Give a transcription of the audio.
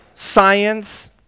Science